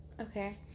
okay